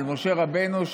על משה רבנו,